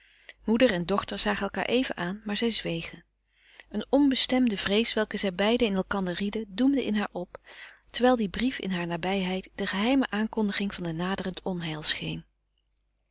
moeder en dochter zagen elkaâr even aan maar zij zwegen eene onbestemde vrees welke zij beiden in elkander rieden doemde in haar op terwijl die brief in hare nabijheid de geheime aankondiging van een